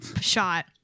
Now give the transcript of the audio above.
shot